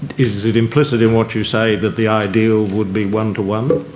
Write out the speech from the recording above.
is it implicit in what you say that the ideal would be one to one,